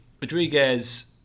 Rodriguez